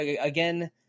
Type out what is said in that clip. Again